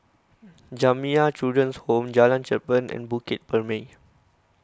Jamiyah Children's Home Jalan Cherpen and Bukit Purmei